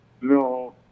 No